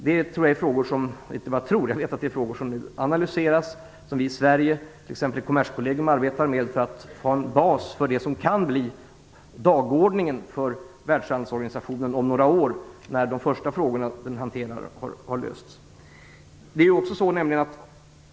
Det är frågor som analyseras. I Sverige arbetar vi med dessa frågor t.ex. i Kommerskollegium för att ha en bas för vad som kan bli dagordningen för världshandelsorganisationen om några år, när de frågor som den har att hantera först har lösts.